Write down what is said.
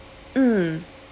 mm